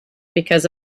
because